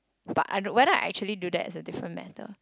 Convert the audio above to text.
but I don~ whether I actually do that is a different matter